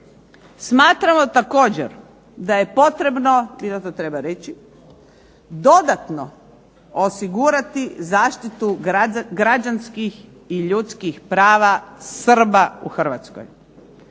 Smatramo također da je potrebno i da to treba reći, dodatno osigurati zaštitu građanskih i ljudskih prava Srba u Hrvatskoj